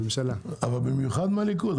אבל במיוחד מהליכוד.